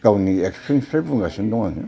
गावनि एक्सपिरियेन्सनिफ्राय बुंगासिनो दं आङो